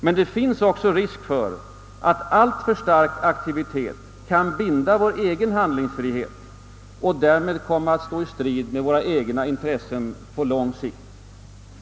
Men det finns också risk för att alltför stark aktivitet kan binda vår egen handlingsfrihet och därmed komma att stå i strid med våra egna intressen på lång sikt.